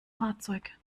fahrzeug